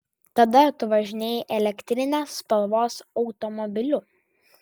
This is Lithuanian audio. tada tu važinėjai elektrinės spalvos automobiliu